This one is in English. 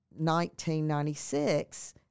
1996